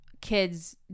Kids